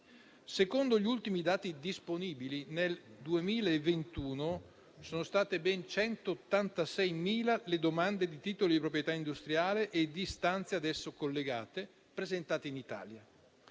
Secondo gli ultimi dati disponibili, nel 2021 sono state ben 186.000 le domande di titoli di proprietà industriale e di istanze ad esso collegate presentate in Italia.